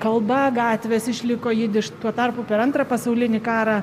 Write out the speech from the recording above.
kalba gatvės išliko jidiš tuo tarpu per antrą pasaulinį karą